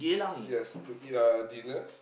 yes to eat uh dinner